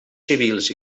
civils